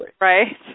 Right